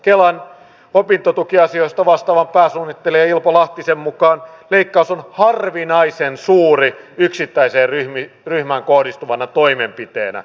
kelan opintotukiasioista vastaavan pääsuunnittelija ilpo lahtisen mukaan leikkaus on harvinaisen suuri yksittäiseen ryhmään kohdistuvana toimenpiteenä